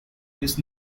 his